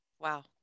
Wow